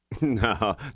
No